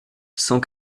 cent